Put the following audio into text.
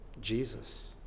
Jesus